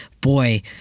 boy